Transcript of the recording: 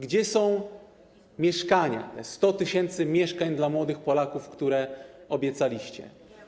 Gdzie są mieszkania, te 100 tys. mieszkań dla młodych Polaków, które obiecaliście?